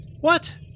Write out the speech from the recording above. What